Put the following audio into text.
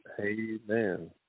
Amen